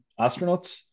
astronauts